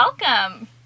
welcome